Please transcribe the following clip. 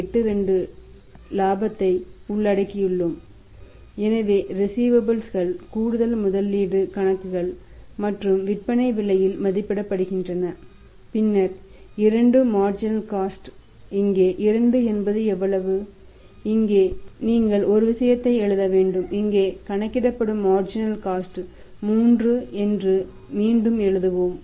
எங்கள் ரிஸீவபல்ஸ் 3 என்று மீண்டும் எழுதுவோம்